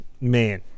Man